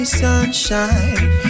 sunshine